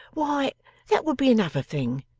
why that would be another thing,